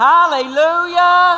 Hallelujah